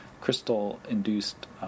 crystal-induced